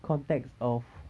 context of